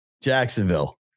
Jacksonville